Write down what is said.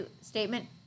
statement